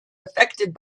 affected